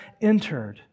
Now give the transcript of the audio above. entered